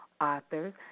authors